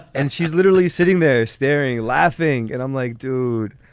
and she's literally sitting there staring, laughing. and i'm like, dude,